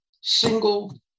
single